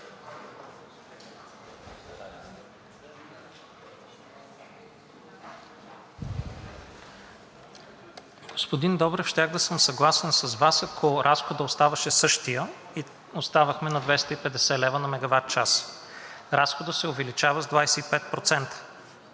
Господин Добрев, щях да съм съгласен с Вас, ако разходът оставаше същият и оставахме на 250 лв. на мегаватчаса. Разходът се увеличава с 25%.